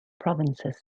provinces